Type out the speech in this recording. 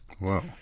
Wow